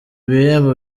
bihembo